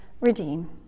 redeem